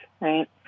Right